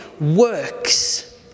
works